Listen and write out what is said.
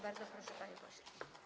Bardzo proszę, panie pośle.